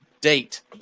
date